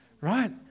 Right